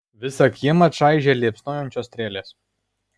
visą kiemą čaižė liepsnojančios strėlės